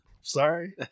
Sorry